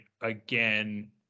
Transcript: again